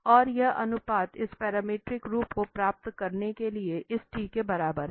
और यह अनुपात इस पैरामीट्रिक रूप को प्राप्त करने के लिए इस t के बराबर है